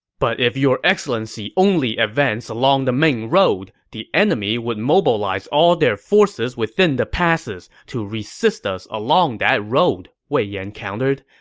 but if your excellency only advance along the main road, the enemy would mobilize all their forces within the passes to resist us along that road, wei yan countered.